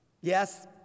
Yes